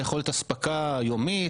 על יכולת אספקה יומית,